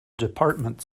department